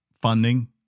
funding